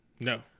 No